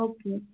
okay